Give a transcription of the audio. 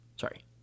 Sorry